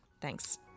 Thanks